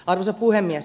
arvoisa puhemies